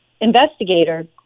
investigator